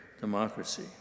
democracy